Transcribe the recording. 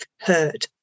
heard